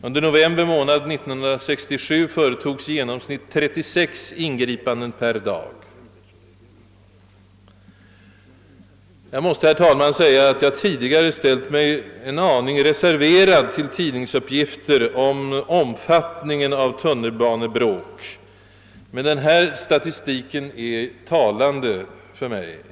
Under november månad 1967 företogs i genomsnitt 36 ingripanden per dag. Jag har tidigare ställt mig en aning reserverad till tidningsuppgifter om omfattningen av tunnelbanebråk, men denna statistik är för mig talande och övertygande.